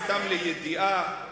סתם לידיעה,